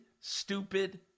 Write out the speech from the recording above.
stupid